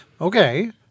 Okay